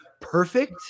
perfect